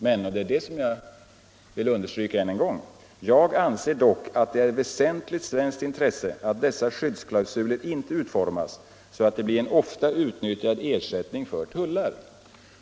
Jag vill emellertid understryka än en gång att jag anser att det är ett väsentligt svenskt intresse att dessa klausuler inte utformas så att de blir en ofta utnyttjad ersättning för tullar.